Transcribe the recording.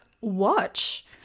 watch